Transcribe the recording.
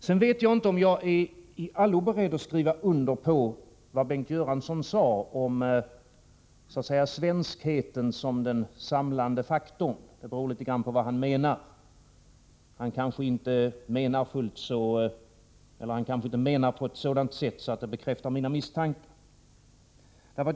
Sedan vet jag inte om jag i allo är beredd att skriva under på vad Bengt Göransson sade om svenskheten som den samlande faktorn. Det beror litet grand på vad han menar. Han kanske inte menar det som skulle bekräfta mina misstankar.